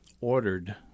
ordered